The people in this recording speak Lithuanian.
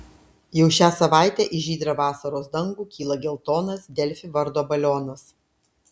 jau šią savaitę į žydrą vasaros dangų kyla geltonas delfi vardo balionas